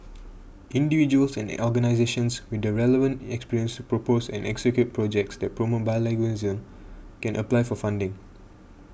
individuals and organisations with the relevant experience to propose and execute projects that promote bilingualism can apply for funding